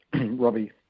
Robbie